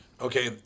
Okay